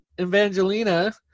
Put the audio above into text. Evangelina